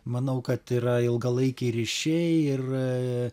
manau kad yra ilgalaikiai ryšiai ir